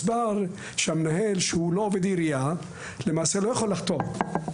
שמנהל שהוא לא עובד עירייה לא יכול לחתום,